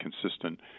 consistent